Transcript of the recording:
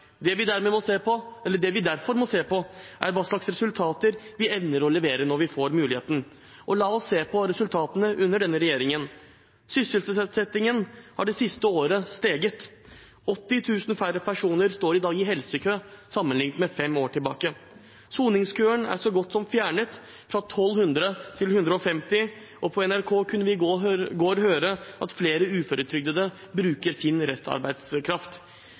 Det vi derfor må se på, er hva slags resultater vi evner å levere når vi får muligheten. Og la oss se på resultatene under denne regjeringen: Sysselsettingen har det siste året steget. 80 000 færre personer står i dag i helsekø sammenliknet med fem år tilbake. Soningskøen er så godt som fjernet – fra 1 200 til 150. Og på NRK kunne vi i går høre at flere uføretrygdede bruker sin restarbeidskraft.